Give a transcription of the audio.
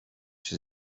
się